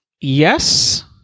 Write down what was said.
Yes